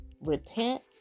repent